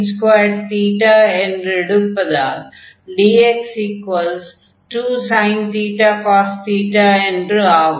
x என்று எடுப்பதால் dx2sin cos என்று ஆகும்